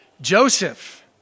Joseph